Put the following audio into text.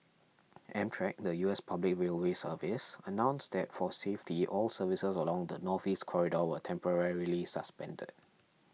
Amtrak the U S public railway service announced that for safety all services along the Northeast Corridor were temporarily suspended